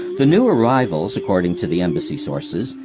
the new arrivals, according to the embassy sources,